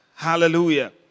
Hallelujah